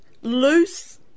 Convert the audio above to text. loose